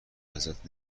ازت